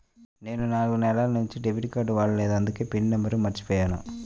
నేను నాలుగు నెలల నుంచి డెబిట్ కార్డ్ వాడలేదు అందుకే పిన్ నంబర్ను మర్చిపోయాను